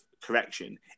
correction